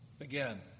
again